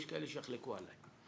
יש כאלה שיחלקו עלי.